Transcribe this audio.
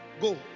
go